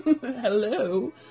Hello